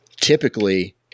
typically